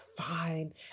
fine